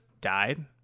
died